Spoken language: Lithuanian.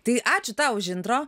tai ačiū tau už intro